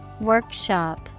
Workshop